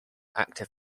active